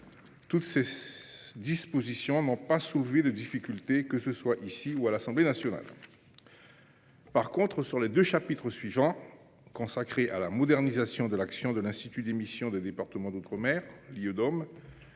Toutes ces dispositions n’ont pas soulevé de difficultés, que ce soit à la Haute Assemblée ou à l’Assemblée nationale. En revanche, sur les deux chapitres suivants consacrés à la modernisation de l’action de l’Institut d’émission des départements d’outre mer et